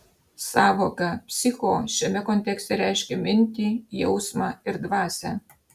sąvoka psicho šiame kontekste reiškia mintį jausmą ir dvasią